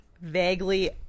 vaguely